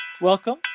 Welcome